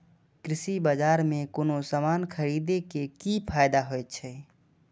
कृषि बाजार में कोनो सामान खरीदे के कि फायदा होयत छै?